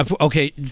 okay